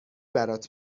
برات